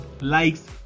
likes